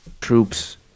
troops